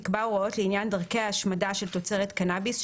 יקבע הוראות לעניין דרכי ההשמדה של תוצרת קנאביס,